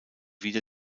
wieder